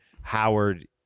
Howard